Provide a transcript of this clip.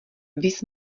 viz